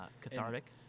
cathartic